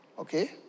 Okay